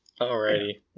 Alrighty